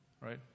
right